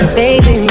baby